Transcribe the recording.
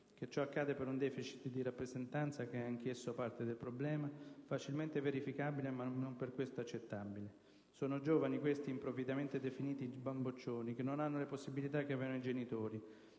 verifica per un *deficit* di rappresentanza (che è anch'esso parte del problema) facilmente verificabile, ma non per questo accettabile. Questi giovani, improvvidamente definiti bamboccioni, non hanno le possibilità che avevano i loro genitori,